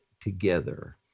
together